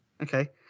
Okay